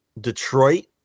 Detroit